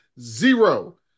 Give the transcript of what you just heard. Zero